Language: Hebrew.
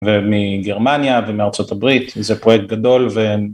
ומגרמניה ומארצות הברית, זה פרויקט גדול.